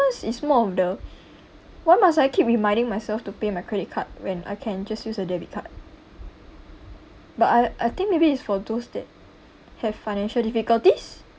sometimes it's more of the why must I keep reminding myself to pay my credit card when I can just use a debit card but I I think maybe it's for those that have financial difficulties